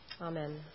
Amen